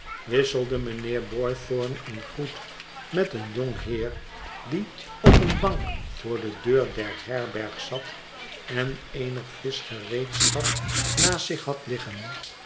wisselde mijnheer boythorn een groet met een jong heer die op eene bank voor de deur der herberg zat en eenig vischgereedschap naast zich had liggen